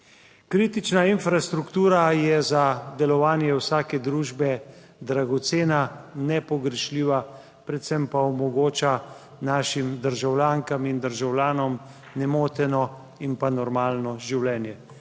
Kritična infrastruktura je za delovanje vsake družbe dragocena, nepogrešljiva, predvsem pa omogoča našim državljankam in državljanom nemoteno in normalno življenje.